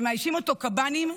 שמאיישים אותו קב"נים,